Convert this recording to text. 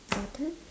your turn